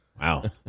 Wow